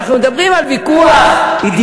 אנחנו מדברים על ויכוח אידיאולוגי,